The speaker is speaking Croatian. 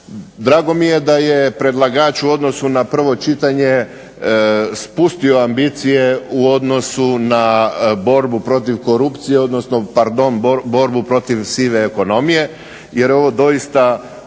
Drago mi je da je predlagač u odnosu na prvo čitanje spustio ambicije u odnosu na borbu protiv korupcije, odnosno pardon borbu protiv sive ekonomije, jer ovo doista